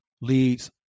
leads